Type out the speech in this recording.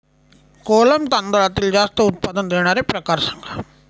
कोलम तांदळातील जास्त उत्पादन देणारे प्रकार सांगा